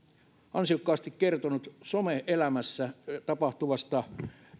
ansiokkaasti kertonut tällaisesta some elämässä tapahtuvasta